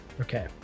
Okay